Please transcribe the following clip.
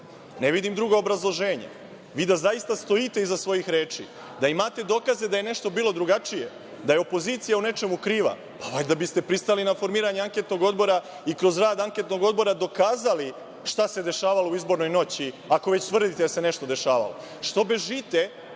Ne vidim drugo obrazloženje. Da zaista stojite iza svojih reči, da imate dokaze da je nešto bilo drugačije, da je opozicija u nečemu kriva, valjda biste pristali na formiranje anketnog odbora i kroz rad anketnog odbora dokazali šta se dešavalo u izbornoj noći, ako već tvrdite da se nešto dešavalo. Što bežite